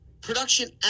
production